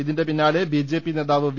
ഇതിന്റെ പിന്നാലെ ബിജെപി നേതാവ് വി